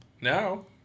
Now